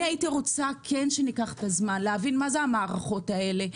אני הייתי רוצה שכן ניקח את הזמן להבין מה זה המערכות האלה,